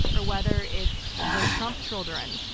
or whether it's the trump children,